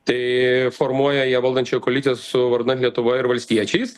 tai formuoja jie valdančiąją koaliciją su vardan lietuvoje ir valstiečiais